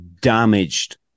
Damaged